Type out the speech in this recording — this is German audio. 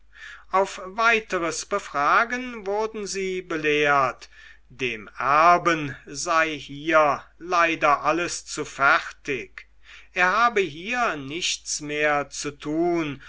auf weiteres befragen wurden sie belehrt dem erben sei hier leider alles zu fertig er habe hier nichts mehr zu tun